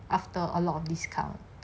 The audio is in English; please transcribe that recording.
after a lot of discount